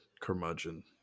curmudgeon